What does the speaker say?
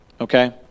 Okay